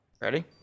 Ready